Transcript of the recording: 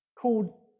called